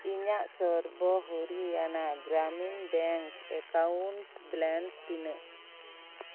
ᱤᱧᱟᱹᱜ ᱥᱚᱨᱵᱚ Haryana Gramin bank account balance ᱛᱤᱱᱟᱹᱜ